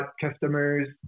customers